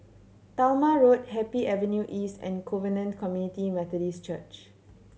Talma Road Happy Avenue East and Covenant Community Methodist Church